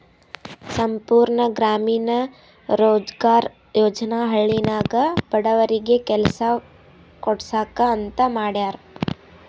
ಸಂಪೂರ್ಣ ಗ್ರಾಮೀಣ ರೋಜ್ಗಾರ್ ಯೋಜನಾ ಹಳ್ಳಿನಾಗ ಬಡವರಿಗಿ ಕೆಲಸಾ ಕೊಡ್ಸಾಕ್ ಅಂತ ಮಾಡ್ಯಾರ್